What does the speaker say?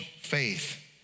faith